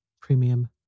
Premium